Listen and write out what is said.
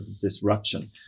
disruption